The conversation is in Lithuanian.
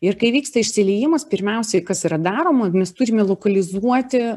ir kai įvyksta išsiliejimas pirmiausiai kas yra daroma mes turime lokalizuoti